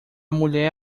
mulher